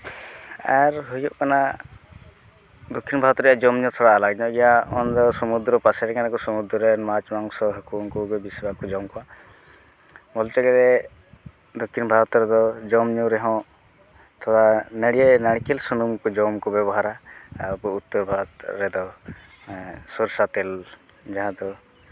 ᱟᱨ ᱦᱩᱭᱩᱜ ᱠᱟᱱᱟ ᱫᱚᱠᱠᱷᱤᱱ ᱵᱷᱟᱨᱚᱛ ᱨᱮᱭᱟᱜ ᱡᱚᱢ ᱧᱩ ᱛᱷᱚᱲᱟ ᱟᱞᱟᱜᱽ ᱧᱚᱜ ᱜᱮᱭᱟ ᱚᱱᱟ ᱫᱚ ᱥᱚᱢᱩᱫᱨᱚ ᱯᱟᱥᱮ ᱨᱮᱱ ᱠᱟᱱᱟ ᱠᱚ ᱥᱚᱢᱩᱫᱨᱚᱨᱮᱱ ᱢᱟᱪ ᱢᱟᱝᱥᱚ ᱦᱟᱹᱠᱩ ᱩᱱᱠᱩ ᱜᱮ ᱵᱮᱥᱤᱮ ᱵᱷᱟᱜᱽ ᱠᱚ ᱡᱚᱢ ᱠᱚᱣᱟ ᱵᱚᱞᱛᱮ ᱜᱮᱞᱮ ᱫᱚᱠᱠᱷᱤᱱ ᱵᱷᱟᱨᱚᱛ ᱨᱮᱦᱚᱸ ᱡᱚᱢ ᱧᱩ ᱨᱮᱦᱚᱸ ᱛᱷᱚᱲᱟ ᱱᱟᱲᱠᱮᱞ ᱥᱩᱱᱩᱢ ᱡᱚᱢ ᱠᱚ ᱵᱮᱵᱚᱦᱟᱨᱟ ᱟᱨ ᱟᱵᱚ ᱩᱛᱛᱚᱨ ᱵᱷᱟᱨᱚᱛ ᱨᱮᱫᱚ ᱥᱚᱨᱥᱟ ᱛᱮᱞ ᱡᱟᱦᱟᱸ ᱫᱚ